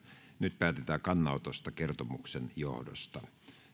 nyt päätetään kannanotosta kertomuksen johdosta